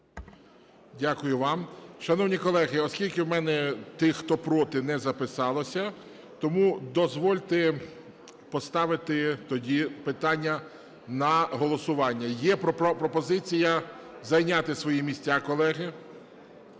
Дякую вам. Шановні колеги, оскільки у мене тих, хто проти, не записалося, тому дозвольте поставити тоді питання на голосування. Є пропозиція зайняти свої місця, колеги.